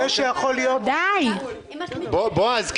בועז,